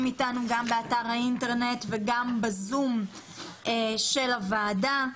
אתנו גם באתר האינטרנט וגם בזום של הוועדה.